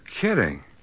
kidding